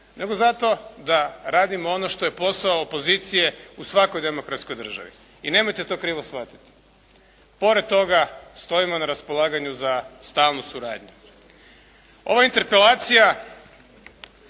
nego zato da radimo ono što je posao opozicije u svakoj demokratskoj državi. I nemojte to krivo shvatiti. Pored toga stojimo na raspolaganju za stalnu suradnju. Ova interpelacija